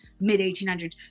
mid-1800s